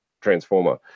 transformer